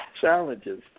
challenges